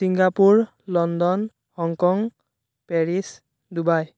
Singapore London Hong Kong Paris Dubai